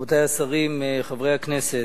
רבותי השרים, חברי הכנסת,